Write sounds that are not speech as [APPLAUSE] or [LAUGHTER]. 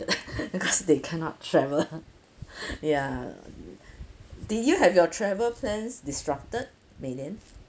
[LAUGHS] because they cannot travel ya did you have your travel plans disrupted mei lian